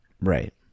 right